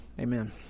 Amen